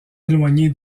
éloignée